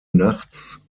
nachts